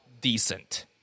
decent